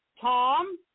Tom